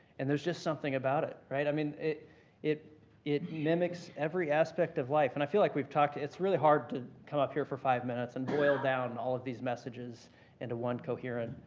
and there's just something about it. right? i mean it it it mimics every aspect of life. and i feel like we've talked it's really hard to come up here for five minutes and boil down all of these messages into one coherent,